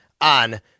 on